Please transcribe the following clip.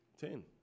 Ten